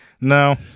No